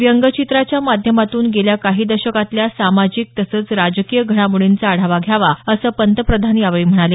व्यंगचित्राच्या माध्यमातून गेल्या काही दशकातल्या सामाजिक तसंच राजकीय घडामोडींचा आढावा घ्यावा असं पंतप्रधान यावेळी म्हणाले